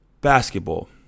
basketball